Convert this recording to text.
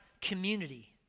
community